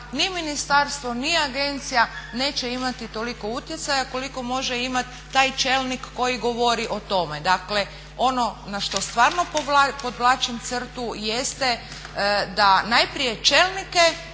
ni ministarstvo ni agencija neće imati toliko utjecaja koliko može imati taj čelnik koji govori o tome. Dakle, ono na što stvarno podvlačim crtu jeste da najprije čelnike